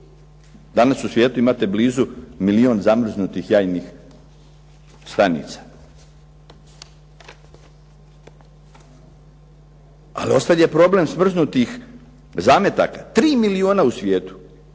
Danas u svijetu imate blizu milijun zamrznutih jajnih stanica. Ali ostao je problem smrznutih zametaka, 3 milijuna u svijetu.